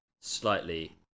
slightly